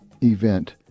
event